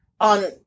on